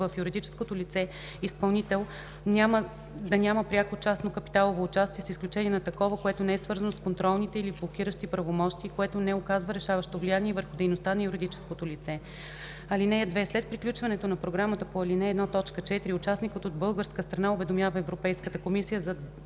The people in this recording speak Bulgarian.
в юридическото лице - изпълнител, да няма пряко частно капиталово участие, с изключение на такова, което не е свързано с контролни или блокиращи правомощия и което не оказва решаващо влияние върху дейността на юридическото лице. (2) След приключването на програмата по ал. 1, т. 4 участникът от българска страна уведомява Европейската комисия за